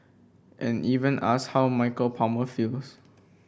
and even asked how Michael Palmer feels